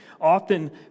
Often